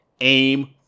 Aim